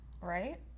right